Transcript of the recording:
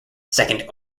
second